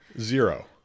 Zero